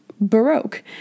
Baroque